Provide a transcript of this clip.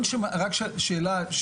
רק שאלה,